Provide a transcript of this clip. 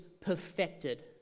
perfected